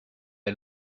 est